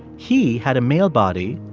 he had a male body,